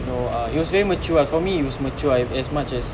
no ah it was very mature ah for me it was mature ah as much as